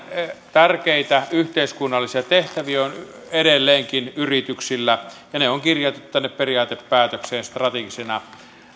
tärkeitä yhteiskunnallisia tehtäviä edelleenkin on yrityksillä ja ne on kirjattu tänne periaatepäätökseen strategisena